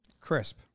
Crisp